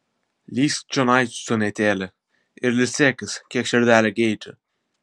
lįsk čionai sūnaitėli ir ilsėkis kiek širdelė geidžia